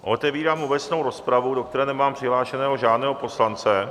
Otevírám obecnou rozpravu, do které nemám přihlášeného žádného poslance.